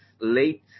late